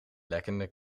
lekkende